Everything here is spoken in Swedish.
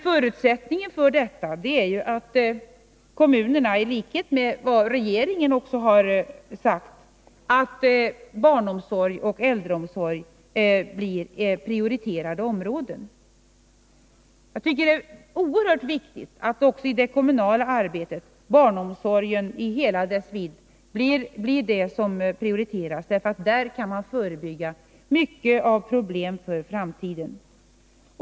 Förutsättningen för detta är emellertid att kommunerna, i likhet med vad regeringen har sagt, ser till att barnomsorgen och äldreomsorgen prioriteras. Jag tycker att det är oerhört viktigt att barnomsorgen i hela sin vidd också i det kommunala arbetet blir det område som prioriteras, därför att där kan man förebygga många problem för framtiden.